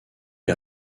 est